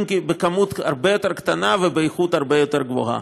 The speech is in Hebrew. אם כי בכמות הרבה יותר קטנה ובאיכות הרבה יותר גבוהה.